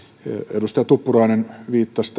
edustaja tuppurainen viittasi